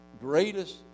greatest